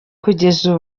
kugeza